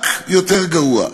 רק יותר גרוע.